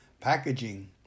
Packaging